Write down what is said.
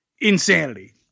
insanity